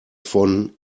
von